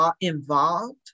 involved